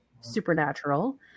supernatural